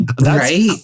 Right